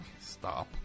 stop